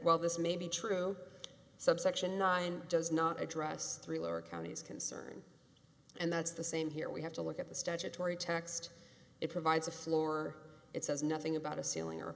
well this may be true subsection nine does not address three lower counties concerned and that's the same here we have to look at the statutory text it provides a floor it says nothing about a ceiling or